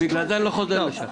בגלל זה אני לא חוזר לשם.